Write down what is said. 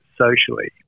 socially